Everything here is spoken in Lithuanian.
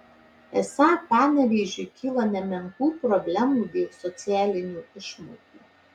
esą panevėžiui kyla nemenkų problemų dėl socialinių išmokų